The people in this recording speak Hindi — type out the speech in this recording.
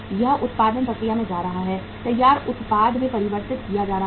यह उत्पादन प्रक्रिया में जा रहा है तैयार उत्पाद में परिवर्तित किया जा रहा है